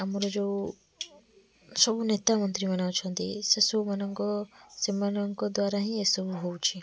ଆମର ଯେଉଁ ସବୁ ନେତା ମନ୍ତ୍ରୀମାନେ ଅଛନ୍ତି ସେ ସବୁମାନଙ୍କ ସେମାନଙ୍କ ଦ୍ୱାରା ହିଁ ଏ ସବୁ ହେଉଛି